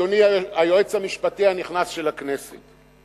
אדוני היועץ המשפטי הנכנס של הכנסת.